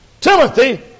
Timothy